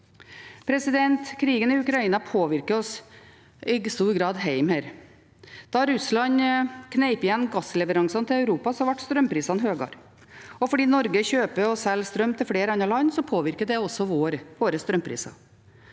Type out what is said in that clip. Krigen i Ukraina påvirker oss i stor grad her hjemme. Da Russland knep igjen gassleveransene til Europa, ble strømprisene høyere, og fordi Norge kjøper og selger strøm til flere andre land, påvirker det også våre strømpriser.